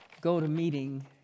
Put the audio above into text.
go-to-meeting